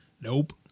Nope